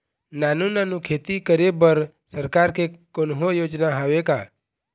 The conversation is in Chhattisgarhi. नानू नानू खेती करे बर सरकार के कोन्हो योजना हावे का?